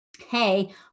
hey